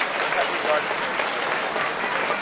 they had regarded him as an interloper,